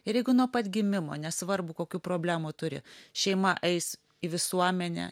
ir jeigu nuo pat gimimo nesvarbu kokių problemų turi šeima eis į visuomenę